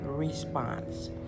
response